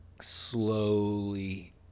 slowly